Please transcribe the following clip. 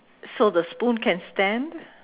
so the spoon can stand